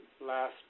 last